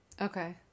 okay